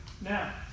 Now